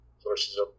sources